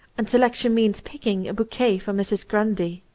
and selec tion means picking a bouquet for mrs. grundy.